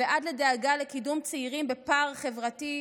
ועד לדאגה לקידום צעירים בפער חברתי,